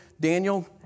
Daniel